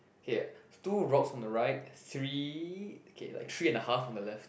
okay two rocks on the right three okay like three and a half on the left